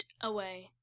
away